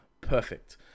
perfect